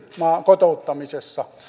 kotouttamisessa